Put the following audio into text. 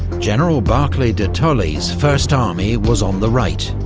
general barclay de tolly's first army was on the right,